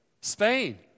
Spain